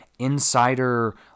insider